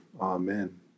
Amen